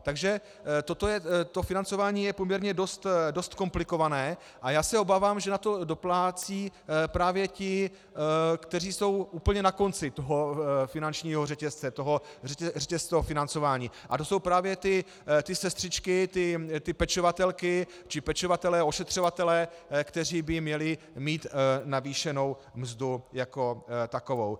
Takže to financování je poměrně dost komplikované a já se obávám, že na to doplácejí právě ti, kteří jsou úplně na konci finančního řetězce, toho řetězce o financování, a to jsou právě ty sestřičky, ty pečovatelky či pečovatelé, ošetřovatelé, kteří by měli mít navýšenu mzdu jako takovou.